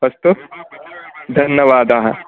अस्तु धन्यवादाः